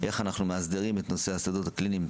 איך אנחנו מאסדרים את נושא השדות הקליניים?